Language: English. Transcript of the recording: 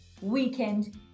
weekend